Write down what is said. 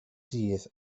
dydd